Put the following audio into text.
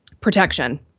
protection